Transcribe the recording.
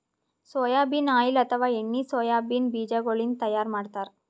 soybean oil ಅಥವಾ ಎಣ್ಣಿ soybean ಬಿಜಾಗೋಳಿನ್ದ ತೈಯಾರ್ ಮಾಡ್ತಾರ್